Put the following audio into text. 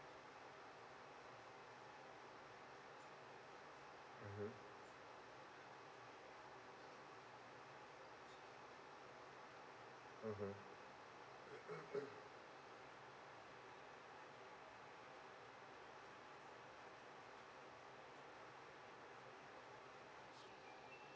mmhmm mmhmm